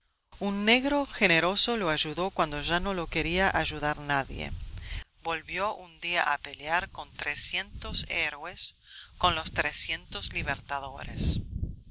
un negro generoso lo ayudó cuando ya no lo quería ayudar nadie volvió un día a pelear con trescientos héroes con los trescientos libertadores